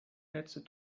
netze